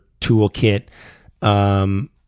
toolkit